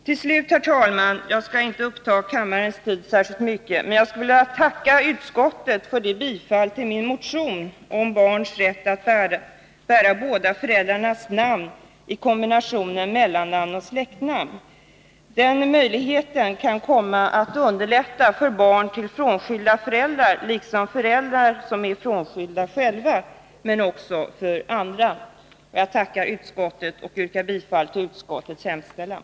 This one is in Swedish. Jag skall inte uppta särskilt mycket av kammarens tid, utan vill till slut tacka utskottet för tillstyrkandet av min motion om barns rätt att bära båda föräldrarnas namn i kombinationen mellannamn och släktnamn. Den möjligheten kan komma att underlätta situationen för barn till frånskilda föräldrar liksom för föräldrar som själva är frånskilda, men också för andra. Jag tackar utskottet och yrkar bifall till utskottets hemställan.